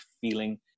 feeling